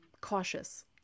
cautious